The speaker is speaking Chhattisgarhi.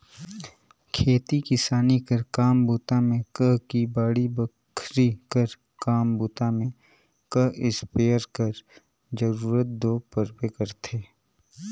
खेती किसानी कर काम बूता मे कह कि बाड़ी बखरी कर काम बूता मे कह इस्पेयर कर जरूरत दो परबे करथे